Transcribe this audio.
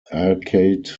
arcade